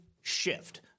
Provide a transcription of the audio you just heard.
shift